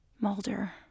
Mulder